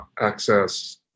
access